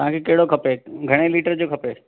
तव्हांखे कहिड़ो खपे घणे लीटर जो खपे